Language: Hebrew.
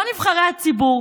לא נבחרי הציבור,